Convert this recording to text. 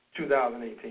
2018